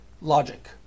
logic